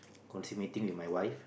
consummating with my wife